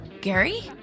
Gary